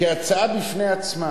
כהצעה בפני עצמה.